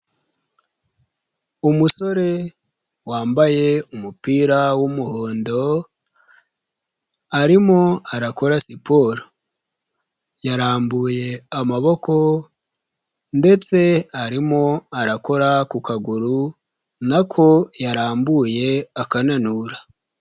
Umusore wambaye umupira w'umuhondo ,arimo arakora siporo. Yarambuye amaboko ndetse arimo arakora ku kaguru na ko yarambuye akananura.